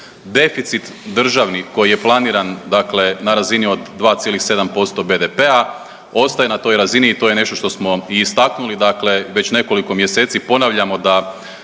Deficit državni koji je planiran dakle na razini od 2,7% BDP-a ostaje na toj razini i to je nešto što smo i istaknuli. Dakle, već nekoliko mjeseci